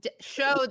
show